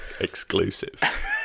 Exclusive